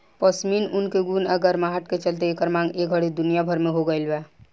पश्मीना ऊन के गुण आ गरमाहट के चलते एकर मांग ए घड़ी दुनिया भर में हो गइल बा